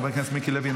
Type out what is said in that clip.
חבר הכנסת מיקי לוי,